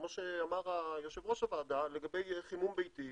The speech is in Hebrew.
כמו שאמר יושב-ראש הוועדה לגבי חימום ביתי,